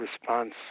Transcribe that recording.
response